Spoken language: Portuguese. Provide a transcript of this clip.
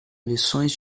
lições